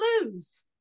lose